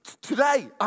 today